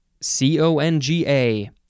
C-O-N-G-A